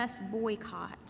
boycott